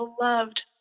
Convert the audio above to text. loved